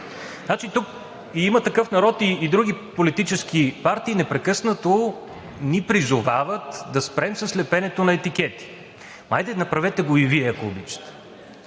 Тук и „Има такъв народ“, и други политически партии непрекъснато ни призовават да спрем с лепенето на етикети. Хайде, направете го и Вие, ако обичате!